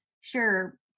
sure